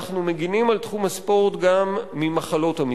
אנחנו מגינים על תחום הספורט גם ממחלות המסחור.